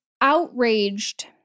outraged